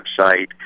website